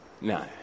no